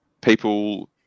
people